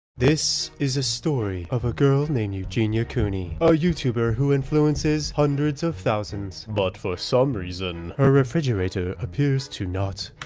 this is a story of a girl named eugenia cooney. a youtuber who influences hundreds of thousands. but for some reason, her refrigerator appears to not